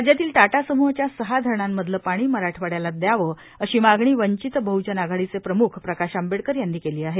राज्यातील द्याव समूहाच्या सहा धरणांमधलं पाणी मराठवाङ्याला द्यावं अशी मागणी वंचित बहुजन आघाडीचे प्रमुख प्रकाश आंबेडकर यांनी केली आहे